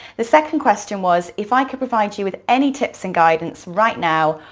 the second question was, if i could provide you with any tips and guidance right now,